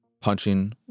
punching